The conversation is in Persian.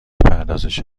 پردازش